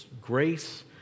grace